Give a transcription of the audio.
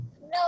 No